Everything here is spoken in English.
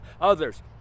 others